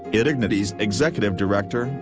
idignity's executive director,